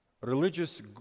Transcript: religious